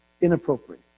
inappropriate